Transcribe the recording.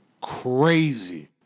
crazy